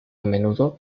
menudo